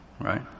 right